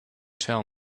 tell